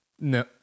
No